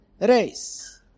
race